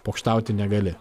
pokštauti negali